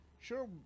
sure